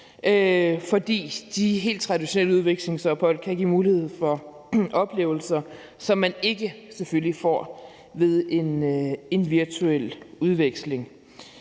fordi de helt traditionelle udvekslingsophold kan give mulighed for oplevelser, som man selvfølgelig ikke får ved en virtuel udveksling.